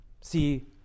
See